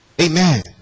amen